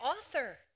author